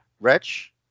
Rich